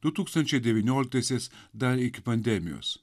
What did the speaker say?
du tūkstančiai devynioliktaisiais dar iki pandemijos